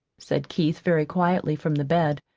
said keith very quietly from the bed.